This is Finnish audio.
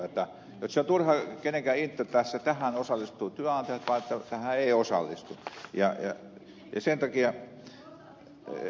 nyt on turha kenenkään inttää tässä että hän osallistuu työ osoittaa jo tähän osallistuvat työnantajat vaan tähän eivät osallistu